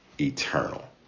eternal